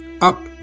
Up